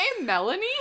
Melanie